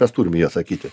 mes turim į jį atsakyti